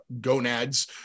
gonads